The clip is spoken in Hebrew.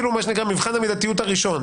מה שנקרא מבחן המידתיות הראשון.